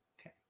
Okay